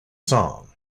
song